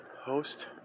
host